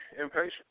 impatient